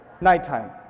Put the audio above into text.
Nighttime